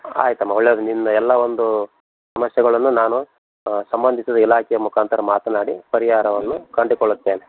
ಆಯ್ತಮ್ಮ ಒಳ್ಳೇದು ನಿಮ್ಮ ಎಲ್ಲ ಒಂದು ಸಮಸ್ಯೆಗಳನ್ನು ನಾನು ಸಂಬಂಧಿಸಿದ ಇಲಾಖೆಯ ಮುಖಾಂತರ ಮಾತನಾಡಿ ಪರಿಹಾರವನ್ನು ಕಂಡುಕೊಳ್ಳುತ್ತೇನೆ